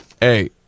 Hey